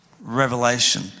Revelation